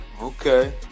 okay